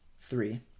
Three